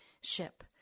SHIP